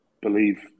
believe